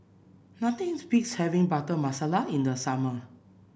nothing beats having Butter Masala in the summer